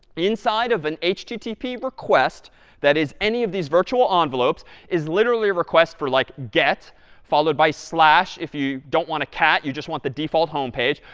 inside of an http request that is any of these virtual um envelopes is literally a request for, like, get followed by slash, if you don't want to cat, you just want the default homepage,